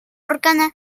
органа